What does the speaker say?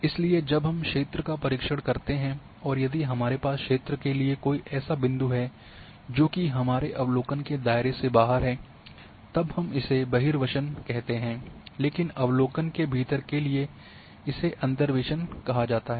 इसलिए जब हम क्षेत्र का परीक्षण करते हैं और यदि हमारे पास क्षेत्र के लिए कोई ऐसा बिंदु हैं जोकि हमारे अवलोकन के दायरे से बाहर है तब हम इसे बहिर्वेशन कहते हैं लेकिन अवलोकन के भीतर के लिए इसे अंतर्वेसन कहा जाता है